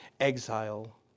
exile